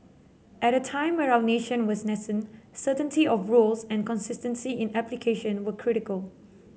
at a time where our nation was nascent certainty of rules and consistency in application were critical